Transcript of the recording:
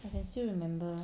I can still remember